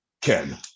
ken